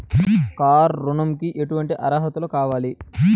Car ఋణంకి ఎటువంటి అర్హతలు కావాలి?